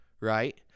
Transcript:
right